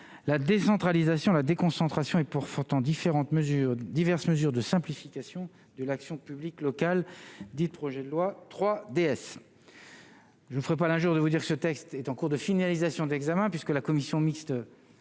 La décentralisation et la déconcentration et pour faute en différentes mesures diverses mesures de simplification de l'action publique locale dit projet de loi 3 DS. Je ne ferai pas l'injure de vous dire que ce texte est en cours de finalisation d'examen puisque la commission mixte